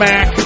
Mac